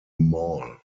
mall